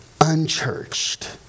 unchurched